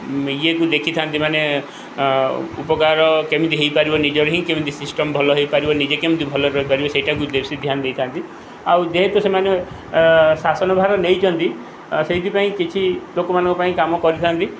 ଇଏକୁ ଦେଖିଥାନ୍ତି ମାନେ ଉପକାର କେମିତି ହୋଇପାରିବ ନିଜର ହିଁ କେମିତି ସିଷ୍ଟମ୍ ଭଲ ହୋଇପାରିବ ନିଜେ କେମିତି ଭଲରେ ରହିପାରିବ ସେଇଟାକୁ ବେଶୀ ଧ୍ୟାନ ଦେଇଥାନ୍ତି ଆଉ ଯେହେତୁ ସେମାନେ ଶାସନଭାର ନେଇଛନ୍ତି ସେଇଥିପାଇଁ କିଛି ଲୋକମାନଙ୍କ ପାଇଁ କାମ କରିଥାନ୍ତି